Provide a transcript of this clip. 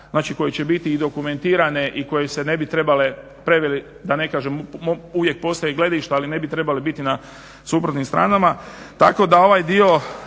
koje će biti i dokumentirane i koje se ne bi trebale da ne kažem uvijek postoje gledišta ali ne bi trebale biti na suprotnim stranama.